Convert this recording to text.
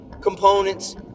components